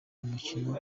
umukino